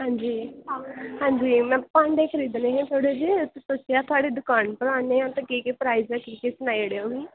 अंजी अंजी में भांडे खरीदने हे थोह्ड़े जेह् ते में सोचेआ थुआढ़ी दुकान उप्पर आने आं ते केह् केह् प्राईज़ ऐ सनाई ओड़ेओ मिगी